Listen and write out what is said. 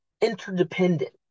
interdependent